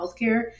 healthcare